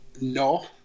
No